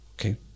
Okay